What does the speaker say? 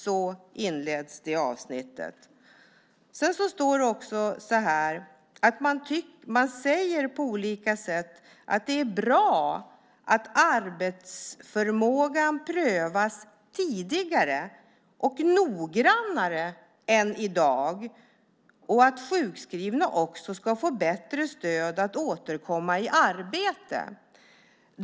Sedan står det: Man säger på olika sätt att det är bra att arbetsförmågan prövas tidigare och noggrannare än i dag och att sjukskrivna också ska få bättre stöd att återkomma i arbete.